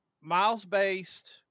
miles-based